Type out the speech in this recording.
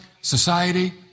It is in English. society